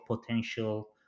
potential